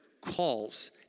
calls